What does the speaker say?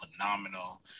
phenomenal